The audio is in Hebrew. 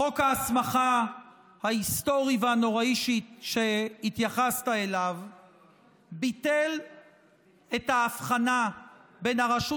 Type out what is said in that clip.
חוק ההסמכה ההיסטורי והנוראי שהתייחסת אליו ביטל את ההבחנה בין הרשות